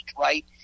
right